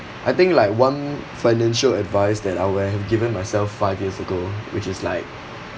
I think like one financial advice that I would have given myself five years ago which is like